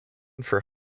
for